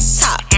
top